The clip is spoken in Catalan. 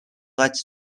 raig